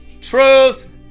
truth